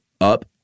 up